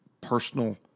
personal